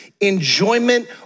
enjoyment